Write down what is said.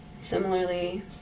Similarly